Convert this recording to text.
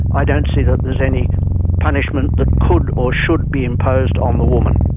i don't see that there's any punishment that could or should be imposed on the woman.